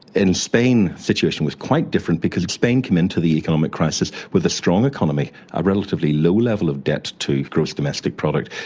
in spain the situation was quite different because spain came into the economic crisis with a strong economy, a relatively low level of debt to gross domestic product,